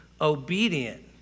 obedient